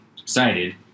excited